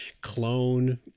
clone